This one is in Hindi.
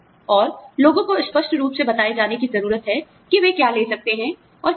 और लोगों को स्पष्ट रूप से बताए जाने की जरूरत है कि वे क्या ले सकते हैं और क्या नहीं